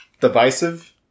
divisive